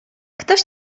ktoś